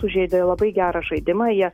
sužaidė labai gerą žaidimą jie